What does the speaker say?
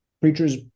Preachers